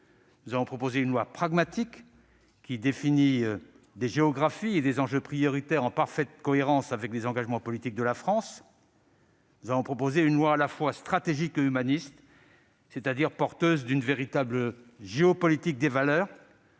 Nous avons proposé un texte pragmatique qui définit des géographies et des enjeux prioritaires en parfaite cohérence avec les engagements politiques de la France. Nous avons proposé un texte à la fois stratégique et humaniste, c'est-à-dire porteur d'une véritable géopolitique des valeurs